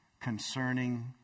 concerning